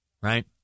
right